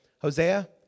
Hosea